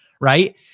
right